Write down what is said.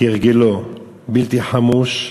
כהרגלו, בלתי חמוש,